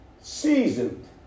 seasoned